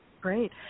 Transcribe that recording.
Great